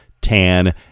tan